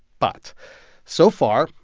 but so far,